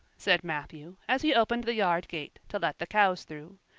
said matthew, as he opened the yard gate to let the cows through.